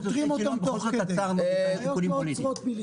--- משיקולים פוליטיים.